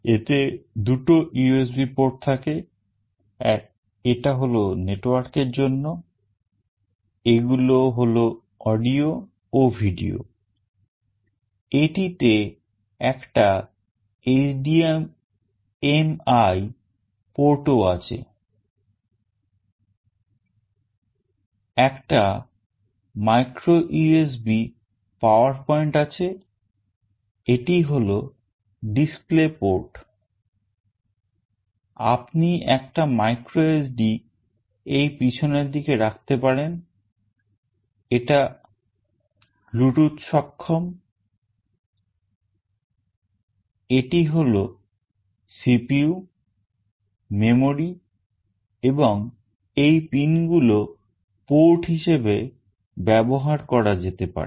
এতে দুটো USB port থাকে এটা হল network এর জন্য এগুলো হল audio ও video এটিতে একটা HDMI port ও আছে একটা micro USB power point আছে এটি হলো display port আপনি একটা micro SD এই পিছনের দিকে রাখতে পারেন এটা bluetooth সক্ষম এটি হলো CPU memory এবং এই pin গুলো port হিসেবে ব্যবহার করা যেতে পারে